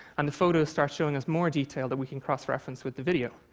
and the photos start showing us more detail that we can cross-reference with the video.